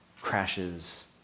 crashes